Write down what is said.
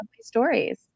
stories